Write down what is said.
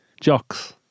jocks